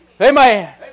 Amen